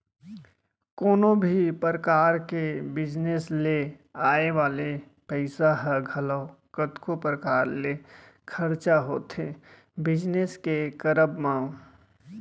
कोनो भी परकार के बिजनेस ले आय वाले पइसा ह घलौ कतको परकार ले खरचा होथे बिजनेस के करब म